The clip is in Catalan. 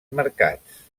mercats